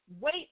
Wait